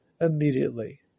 immediately